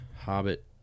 Hobbit